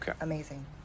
amazing